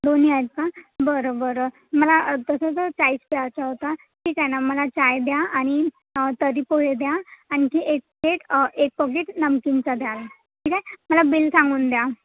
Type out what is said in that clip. दोन्ही आहेत का बरं बरं मला तसं तर चहाच प्यायचा होता ठीक आहे ना मला चहा द्या आणि तर्री पोहे द्या आणखी एक प्लेट एक पॉकेट नमकिनचा द्या ठीक आहे मला बिल सांगून द्या